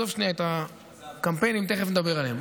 עזוב שנייה את הקמפיינים, תכף נדבר עליהם.